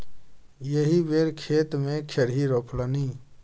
एहि बेर खेते मे खेरही रोपलनि